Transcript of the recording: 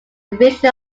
division